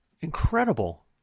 Incredible